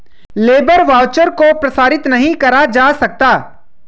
labour voucher को प्रसारित नहीं करा जा सकता